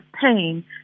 pain